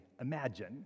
imagine